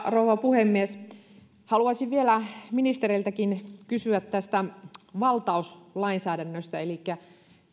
rouva puhemies haluaisin vielä ministereiltäkin kysyä tästä valtauslainsäädännöstä elikkä